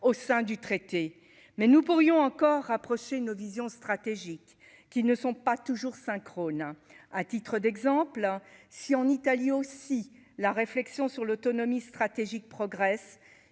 au sein du traité mais nous pourrions encore. Procès une vision stratégique qui ne sont pas toujours synchrone à titre d'exemple, si en Italie aussi la réflexion sur l'autonomie stratégique progresse,